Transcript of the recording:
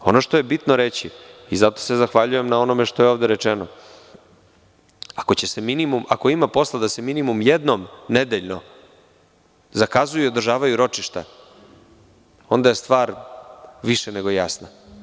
Ono što je bitno reći i zato se zahvaljujem na onome što je ovde rečeno, ako ima posla da se minimum jednom nedeljno zakazuju i odražavaju ročišta, onda je stvar više nego jasna.